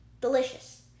delicious